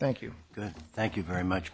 thank you thank you very much